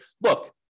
look